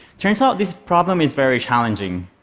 turns out this problem is very challenging,